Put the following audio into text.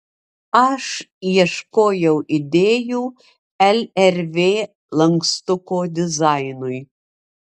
aš ieškojau idėjų lrv lankstuko dizainui